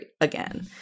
again